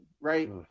right